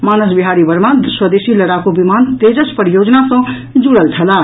मानस बिहारी वर्मा स्वदेशी लड़ाकू विमान तेजस परियोजना सॅ जुड़ल छलाह